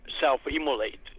self-immolate